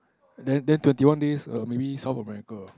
then then twenty one days err maybe South America